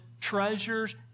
treasures